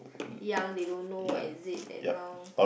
young they don't know what is it then now